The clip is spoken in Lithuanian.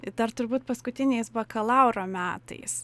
tai dar turbūt paskutiniais bakalauro metais